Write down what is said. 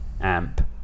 amp